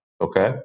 Okay